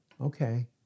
Okay